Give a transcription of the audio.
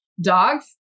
dogs